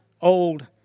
old